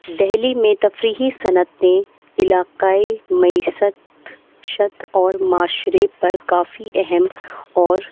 دہلی میں تفریحی صنعتیں علاقائی معیشت اور معاشرے پر کافی اہم اور